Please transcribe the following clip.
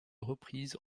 reprise